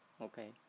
Okay